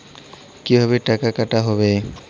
কিভাবে টাকা কাটা হবে?